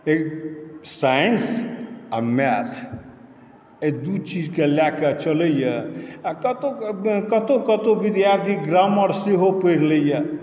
science आओर math एहि दू चीजके लएके चलैए आओर कतौ कतौ विद्यार्थी ग्रामर सेहो पढ़ि लैए